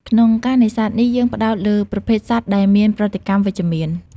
ក្នុងការនេសាទនេះ យើងផ្តោតលើប្រភេទសត្វដែលមានប្រតិកម្មវិជ្ជមាន។